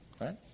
right